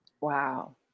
Wow